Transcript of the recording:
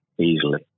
easily